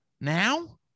Now